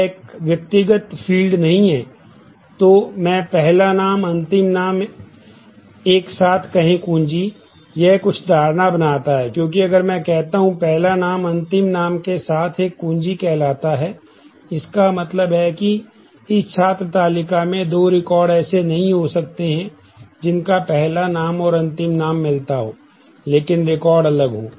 यह एक व्यक्तिगत फील्ड अलग हो